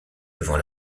devant